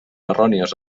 errònies